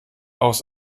aus